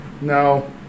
No